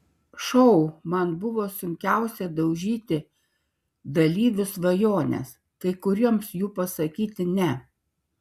šou man buvo sunkiausia daužyti dalyvių svajones kai kuriems jų pasakyti ne